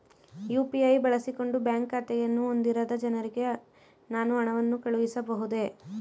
UPI ಬಳಸಿಕೊಂಡು bank ಖಾತೆಯನ್ನು ಹೊಂದಿರದ ಜನರಿಗೆ ನಾನು ಹಣವನ್ನು ಕಳುಹಿಸಬಹುದೇ?